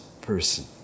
person